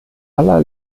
aller